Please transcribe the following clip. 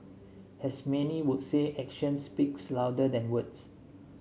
as many would say actions speaks louder than words